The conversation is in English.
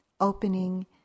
opening